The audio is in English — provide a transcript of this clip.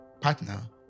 partner